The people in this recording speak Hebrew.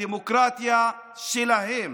הדמוקרטיה שלהם